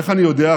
איך אני יודע?